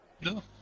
No